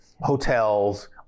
hotels